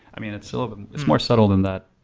i mean it's so but it's more subtle than that.